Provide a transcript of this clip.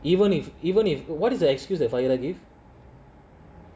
even if even if what does the excuse that final gift